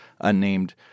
unnamed